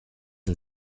and